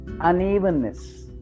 unevenness